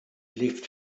left